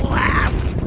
last